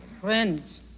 Friends